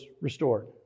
restored